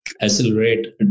accelerate